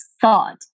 thought